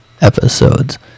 episodes